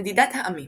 נדידת העמים